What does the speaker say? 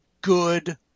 good